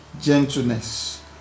gentleness